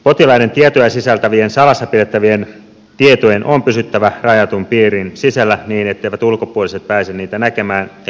potilaiden tietoja sisältävien salassa pidettävien tietojen on pysyttävä rajatun piirin sisällä niin etteivät ulkopuoliset pääse niitä näkemään ja käsittelemään